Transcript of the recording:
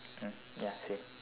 mm ya same